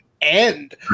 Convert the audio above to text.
end